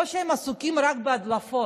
או שהם עסוקים רק בהדלפות.